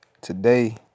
today